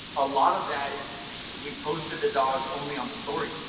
a lot of that we posted the dogs only on the story.